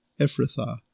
Ephrathah